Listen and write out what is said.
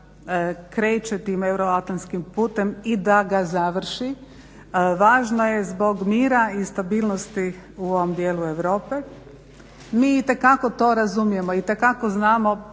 kreće tim euroatlantskim putem i da ga završi. Važno je zbog mira i stabilnosti u ovom dijelu Europe. Mi itekako to razumijemo, itekako znamo.